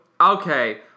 Okay